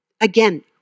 Again